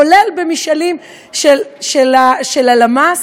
כולל במשאלים של הלמ"ס,